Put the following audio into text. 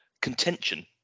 contention